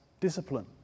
discipline